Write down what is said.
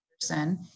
person